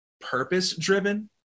purpose-driven